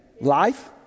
life